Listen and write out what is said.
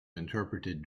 interpreted